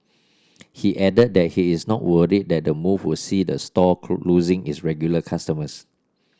he added that he is not worried that the move will see the store losing its regular customers